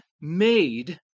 made